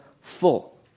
full